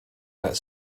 that